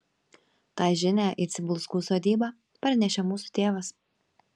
tą žinią į cibulskų sodybą parnešė mūsų tėvas